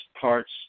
parts